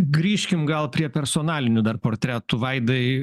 grįžkim gal prie personalinių dar portretų vaidai